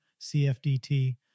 CFDT